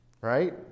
Right